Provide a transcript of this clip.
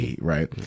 right